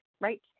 right